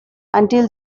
until